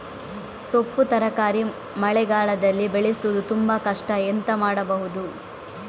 ಸೊಪ್ಪು ತರಕಾರಿ ಮಳೆಗಾಲದಲ್ಲಿ ಬೆಳೆಸುವುದು ತುಂಬಾ ಕಷ್ಟ ಎಂತ ಮಾಡಬಹುದು?